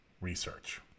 research